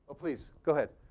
please, go ahead.